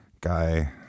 guy